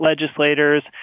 legislators